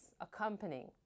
accompanying